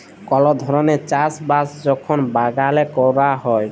call ধরলের চাষ বাস যখল বাগালে ক্যরা হ্যয়